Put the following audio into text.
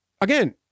again